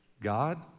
God